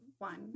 one